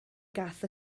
gaeth